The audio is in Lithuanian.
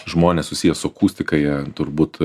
žmonės susiję su akustika jie turbūt